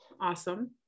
awesome